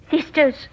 sisters